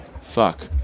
Fuck